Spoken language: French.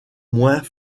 moins